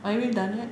are we done yet